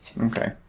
Okay